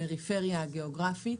הגיאוגרפית.